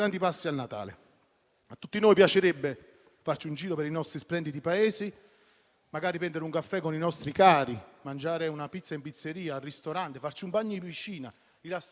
Magari trascorreranno questo Natale un po' più da soli, ma credo che ne valga la pena per garantirci che nelle prossime festività avremo più possibilità di stare insieme, com'era prima di questo maledetto Covid-19.